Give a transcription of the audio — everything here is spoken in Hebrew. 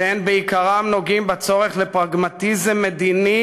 שבעיקרם נוגעים בצורך לפרגמטיזם מדיני